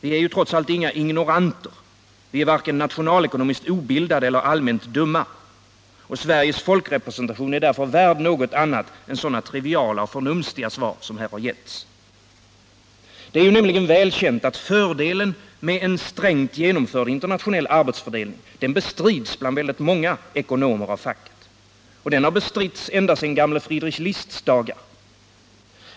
Vi är trots allt inga ignoranter, vi är varken nationalekonomiskt obildade eller allmänt dumma, och Sveriges folkrepresentation är därför värd något annat än sådana triviala och förnumstiga svar som här getts. Det är nämligen väl känt att fördelen med en strängt genomförd internationell arbetsfördelning bestrids av många ekonomer av facket. Den har bestritts ända sedan gamle Friedrich Lists dagar.